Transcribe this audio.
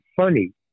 funny